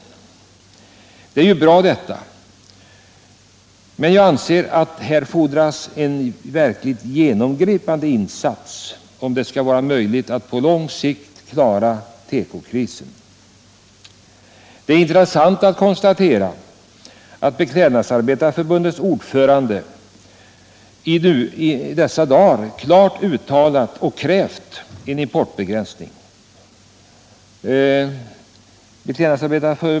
Detta är ju bra, men enligt min mening fordras det en verkligt genomgripande insats, om man på lång sikt skall kunna klara tekokrisen. Det är intressant att konstatera att Beklädnadsarbetarförbundets ordförande i dessa dagar krävt en importbegränsning.